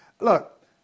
Look